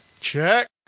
Check